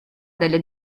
delle